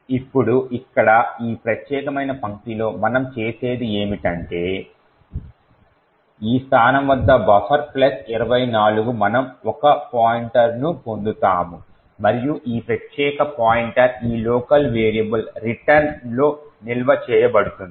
ఇప్పుడు ఇక్కడ ఈ ప్రత్యేకమైన పంక్తిలో మనం చేసేది ఏమిటంటే ఈ స్థానం వద్ద బఫర్ ప్లస్ 24 మనము ఒక పాయింటర్ను పొందుతాము మరియు ఈ ప్రత్యేక పాయింటర్ ఈ స్థానిక వేరియబుల్ రిటర్న్లో నిల్వ చేయబడుతుంది